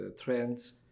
trends